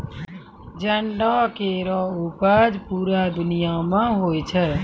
जंडो केरो उपज पूरे दुनिया म होय छै